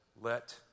let